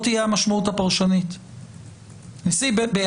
לא צריך לסמוך את זה רק על סעיף (4) כי גם כאשר סעיף (4) ייעלם,